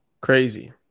Crazy